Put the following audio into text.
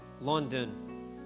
London